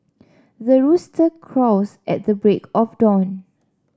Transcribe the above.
the rooster crows at the break of dawn